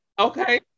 Okay